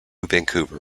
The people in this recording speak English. vancouver